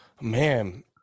Man